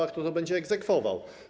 A kto to będzie egzekwował?